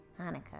Hanukkah